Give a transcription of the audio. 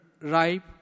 ripe